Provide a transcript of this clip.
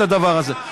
את הדבר הזה.